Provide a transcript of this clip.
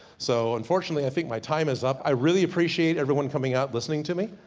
so unfortunately i think my time is up. i really appreciate everyone coming out listening to me.